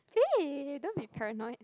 eh don't be paranoid